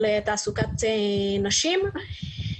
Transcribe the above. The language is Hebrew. על תעסוקת נשים.